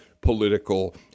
political